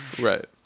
Right